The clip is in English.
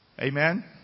Amen